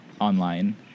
online